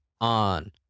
on